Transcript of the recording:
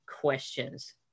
questions